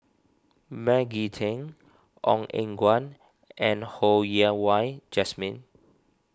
Maggie Teng Ong Eng Guan and Ho Yen Wah Jesmine